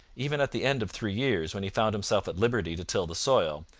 even at the end of three years, when he found himself at liberty to till the soil,